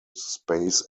space